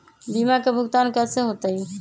बीमा के भुगतान कैसे होतइ?